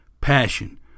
Passion